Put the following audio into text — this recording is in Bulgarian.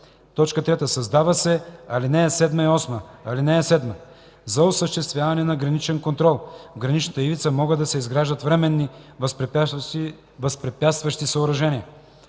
и 6. 3. Създават се ал. 7 и 8: „(7) За осъществяване на граничен контрол в граничната ивица могат да се изграждат временни възпрепятстващи съоръжения.